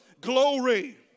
glory